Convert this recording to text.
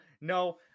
No